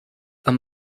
are